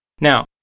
Now